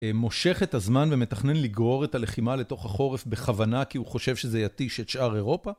מושך את הזמן ומתכנן לגרור את הלחימה לתוך החורף בכוונה כי הוא חושב שזה יתיש את שאר אירופה.